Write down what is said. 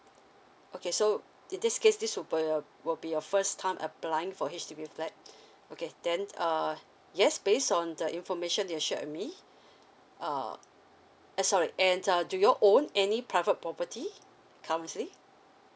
okay so in this case this will be uh will be your first time applying for H_D_B flat okay then uh yes based on the information you shared with me uh eh sorry and and uh do you all own any private property currently